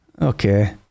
okay